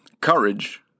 courage